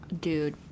dude